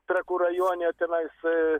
trakų rajone tenais